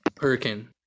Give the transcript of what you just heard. Hurricane